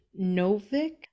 Novik